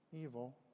evil